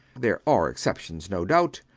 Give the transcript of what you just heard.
there are exceptions, no doubt.